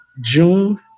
June